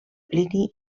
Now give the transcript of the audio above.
plini